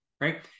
right